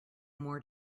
more